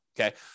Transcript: okay